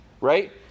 right